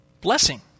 blessing